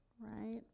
right